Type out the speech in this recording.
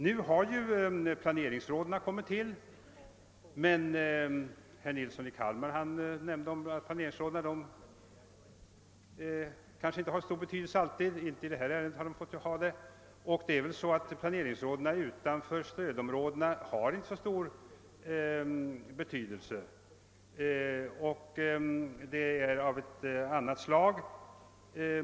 Nu har ju planeringsråden tillkommit, men herr Nilsson i Kalmar sade att planeringsråden kanske inte alltid har så stor betydelse. De har i varje fall inte haft det i detta fall. Utanför stödområdena blir planeringsrådens betydelse inte så stor — deras verksamhet är av ett annat slag.